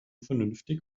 vernünftig